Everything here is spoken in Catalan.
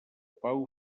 pau